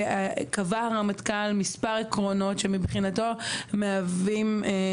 הרמטכ"ל קבע מספר עקרונות שמהווים מבחינתו